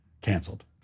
Canceled